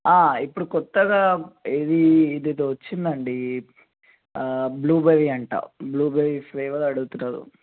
ఇప్పుడు కొత్తగా ఏది ఇది ఏదో వచ్చింది అండి బ్లూబెరీ అంట బ్లూబెరీ ఫ్లేవర్ అడుగుతున్నారు